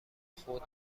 خود